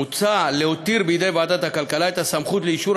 מוצע להותיר בידי ועדת הכלכלה את הסמכות לאישור